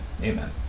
amen